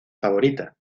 favorita